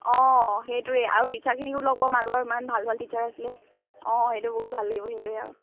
অঁ সেইটোৱে আৰু টিচাৰখিনিকো লগ পাম আগৰ ইমান ভাল ভাল টিচাৰ আছিলে অঁ সেইটো বহুত ভাল লাগিব সেইটোৱে আৰু